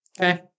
Okay